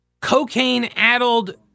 Cocaine-addled